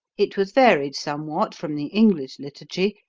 it was varied somewhat from the english liturgy,